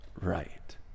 right